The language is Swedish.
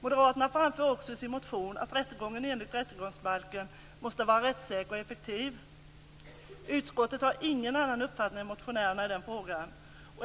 Moderaterna framför också i sin motion att rättegången enligt rättegångsbalken måste vara rättssäker och effektiv. Utskottet har ingen annan uppfattning än motionärerna i den frågan.